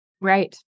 Right